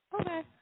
Okay